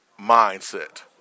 mindset